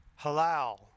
Halal